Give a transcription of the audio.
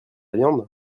viande